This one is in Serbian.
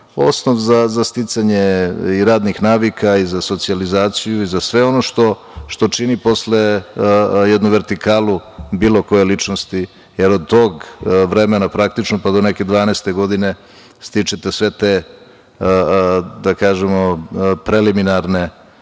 osnov za sticanje i radnih navika i za socijalizaciju i za sve ono što čini posle jednu vertikalu bilo koje ličnosti, jer od tog vremena praktično pa do neke 12 godine stičete sve te preliminarne